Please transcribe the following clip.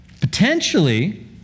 potentially